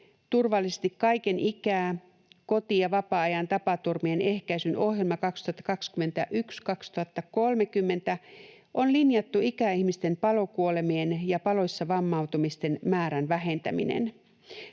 ”Turvallisesti kaiken ikää: Koti‑ ja vapaa-ajan tapaturmien ehkäisyn ohjelma 2021—2030” on linjattu ikäihmisten palokuolemien ja paloissa vammautumisten määrän vähentäminen.